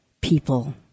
people